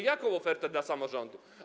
Jaką ofertę dla samorządu?